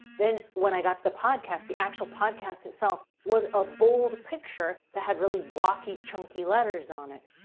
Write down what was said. then when i got to the podcast, the actual podcast itself was a bold picture that had really blocky, chunky letters on it.